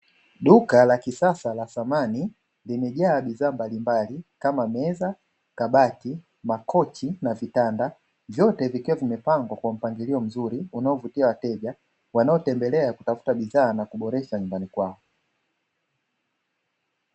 Duka la kisasa la samani limejaa bidhaa mbalimbali kama meza, kabati, makochi na vitanda vyote vikiwa vimepangwa kwa mpangilio mzuri unaovutia wateja wanaotembelea kutafuta bidhaa na kuboresha nyumbani kwao.